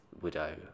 widow